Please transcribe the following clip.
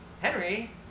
Henry